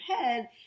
head